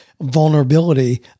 vulnerability